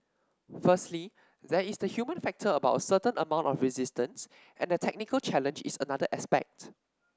firstly there is the human factor about a certain amount of resistance and the technical challenge is another aspect